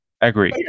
Agree